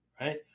right